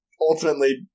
ultimately